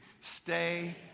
Stay